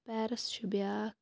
Paris چھِ بیٛاکھ